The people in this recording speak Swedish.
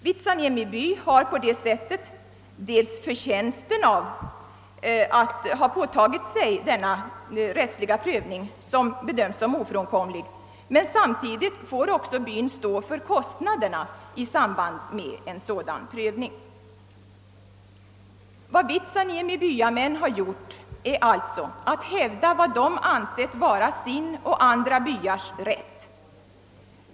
Vitsaniemi by har på detta sätt förtjänsten av att ha åstadkommit en ofrånkomlig rättslig prövning men får också stå för kostnaderna i samband med en sådan prövning. Vad Vitsaniemi byamän gjort är alltså att de hävdat vad de ansett vara sin och andra byars rätt.